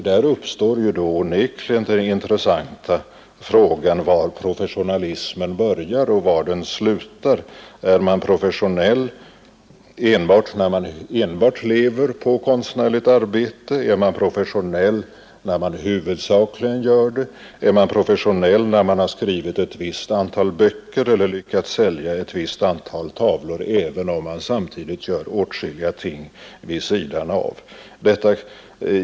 Då uppstår onekligen den intressanta frågan, var professionalismen börjar och var den slutar. Är man professionell när man enbart lever på konstnärligt arbete, eller är man professionell när man huvudsakligen gör det? Är man professionell när man har skrivit ett visst antal böcker eller lyckats sälja ett visst antal tavlor, även om man samtidigt gör åtskilliga ting vid sidan av detta?